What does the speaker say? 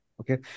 Okay